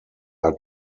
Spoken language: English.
are